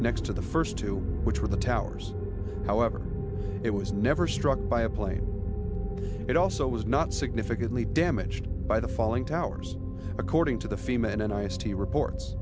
next to the first two which were the towers however it was never struck by a plane it also was not significantly damaged by the falling towers according to the female in an ice t reports